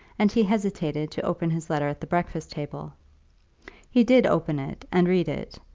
and he hesitated to open his letter at the breakfast-table. he did open it and read it,